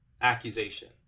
accusation